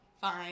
fine